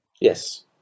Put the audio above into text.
Yes